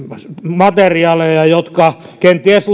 materiaaleja jotka kenties